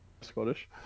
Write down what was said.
Scottish